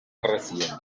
recientes